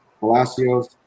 Palacios